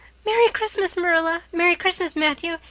merry christmas, marilla! merry christmas, matthew!